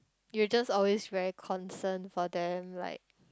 you just always very concerned for them like